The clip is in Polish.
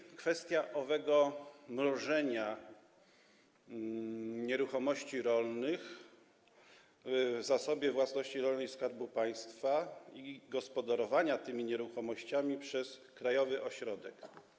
I kwestia owego mrożenia nieruchomości rolnych w Zasobie Własności Rolnej Skarbu Państwa i gospodarowania tymi nieruchomościami przez krajowy ośrodek.